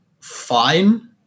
fine